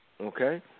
Okay